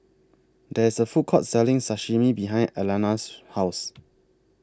There IS A Food Court Selling Sashimi behind Alana's House